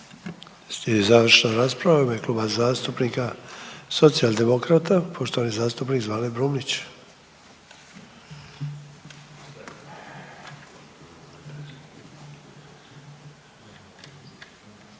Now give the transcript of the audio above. završna rasprava u ime Kluba zastupnika Socijaldemokrata, poštovani zastupnik Zvane Brumnić.